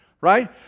Right